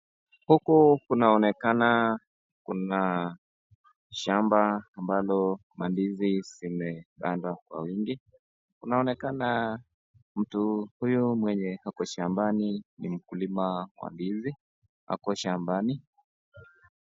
Huku kunaonekana kuna shamba ambalo mandizi zimepandwa kwa wingi. Kunaonekana mtu huyu mwenye ako shambani ni mkulima wa ndizi. Ako shambani.